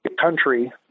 country